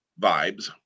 vibes